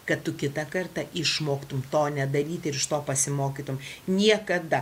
kad tu kitą kartą išmoktum to nedaryti ir iš to pasimokytum niekada